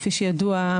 כפי שידוע,